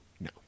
No